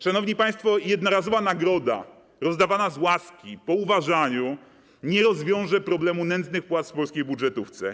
Szanowni państwo, jednorazowa nagroda, rozdawana z łaski, po uważaniu, nie rozwiąże problemu nędznych płac w polskiej budżetówce.